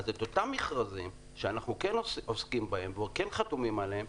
אז את אותם מכרזים שאנחנו כן עוסקים בהם וכן חתומים עליהם,